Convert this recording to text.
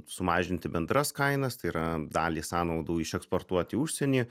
sumažinti bendras kainas tai yra dalį sąnaudų išeksportuot į užsienį